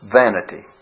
vanity